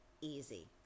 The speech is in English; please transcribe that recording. easy